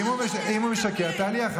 הוא משקר, אני לא יכולה עם זה.